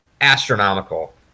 astronomical